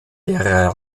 der